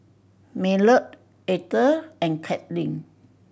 Maynard Eathel and Katlynn